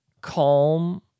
calm